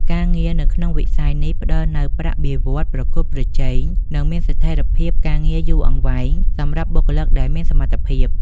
ការងារនៅក្នុងវិស័យនេះផ្តល់នូវប្រាក់បៀវត្សរ៍ប្រកួតប្រជែង និងមានស្ថិរភាពការងារយូរអង្វែងសម្រាប់បុគ្គលិកដែលមានសមត្ថភាព។